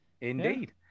indeed